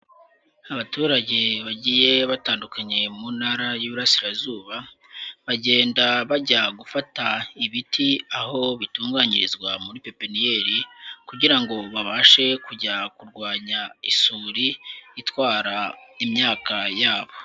Abaturage bagiye batandu mu Ntara y'Iburasirazuba, bagenda bajya gufata ibiti aho bitunganyirizwa muri pepeniyeri kugira ngo babashe kujya kurwanya isuri itwara imyaka yabo.